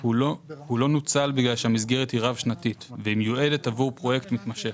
כי המסגרת רב-שנתית ומיועדת עבור פרויקט מתמשך.